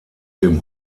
dem